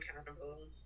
accountable